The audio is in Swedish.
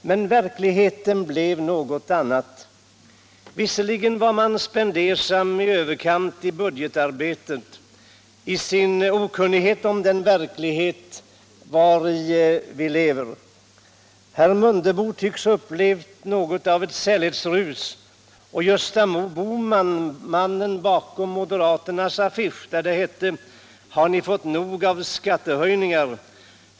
Men verkligheten blev något annat. Visserligen var man spendersam i överkant i budgetarbetet i sin okunnighet om den verklighet vari vi lever. Herr Mundebo tycks ha upplevt något av ett sällhetsrus och Gösta Bohman — mannen bakom moderaternas affisch där det hette: Har ni fått nog av skattehöjningar?